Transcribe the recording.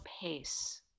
pace